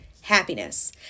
happiness